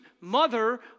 mother